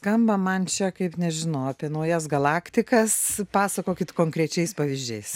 skamba man čia kaip nežinau apie naujas galaktikas pasakokit konkrečiais pavyzdžiais